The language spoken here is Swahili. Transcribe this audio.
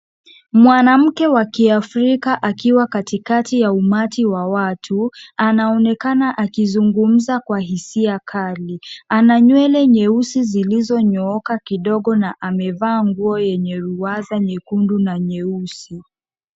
Mwanamke wa kiafrika akiwa katikati ya umati wa watu anaonekana akizungumza kwa hisia kali. Ana nywele nyeusi zilizonyooka kidogo na amevaa nguo yenye ruwaza, nyekundu na nyeusi.